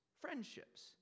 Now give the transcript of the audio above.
friendships